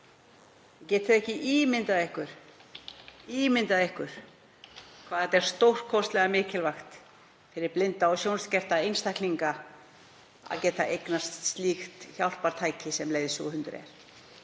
getið ekki ímyndað ykkur hvað það er stórkostlega mikilvægt fyrir blinda og sjónskerta einstaklinga að geta eignast slíkt hjálpartæki sem leiðsöguhundur er.